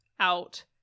Out